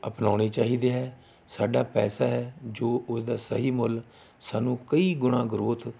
ਅਪਣਾਉਣੀ ਚਾਹੀਦੀ ਹੈ ਸਾਡਾ ਪੈਸਾ ਹੈ ਜੋ ਉਸ ਦਾ ਸਹੀ ਮੁੱਲ ਸਾਨੂੰ ਕਈ ਗੁਣਾ ਗਰੋਥ